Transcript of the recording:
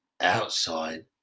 outside